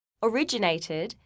originated